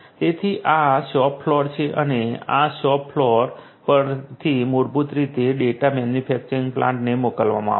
તેથી આ shop floor છે અને આ શોપ ફ્લોર પરથી મૂળભૂત રીતે ડેટા મેન્યુફેક્ચરિંગ પ્લાન્ટને મોકલવામાં આવશે